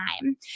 time